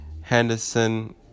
Henderson